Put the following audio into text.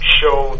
show